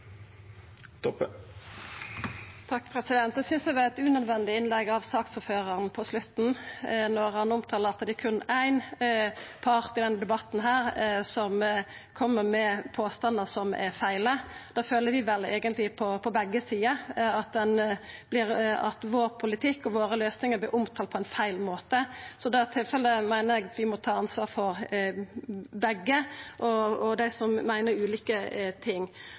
det siste innlegget frå saksordføraren var eit unødvendig innlegg på slutten av debatten. Han sa at det berre er ein part i denne debatten som kjem med påstandar som er feil. Det føler vi vel eigentleg på begge sider – at politikken og løysingane våre vert omtalte på ein feil måte. Det meiner eg at vi i tilfelle må ta ansvar for på begge sider, når vi meiner ulike ting.